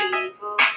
evil